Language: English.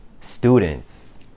students